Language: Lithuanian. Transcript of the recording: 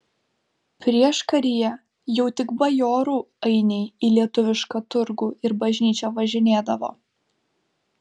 prieškaryje jau tik bajorų ainiai į lietuvišką turgų ir bažnyčią važinėdavo